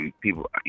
people